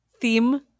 theme